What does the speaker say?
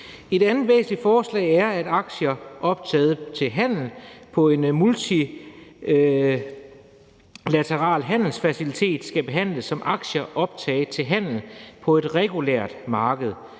Et andet væsentligt forslag er, at aktier optaget til handel på en multilateral handelsfacilitet skal behandles som aktier optaget til handel på et regulært marked.